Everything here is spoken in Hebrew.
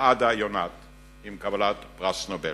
לעדה יונת עם קבלת פרס נובל.